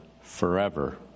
forever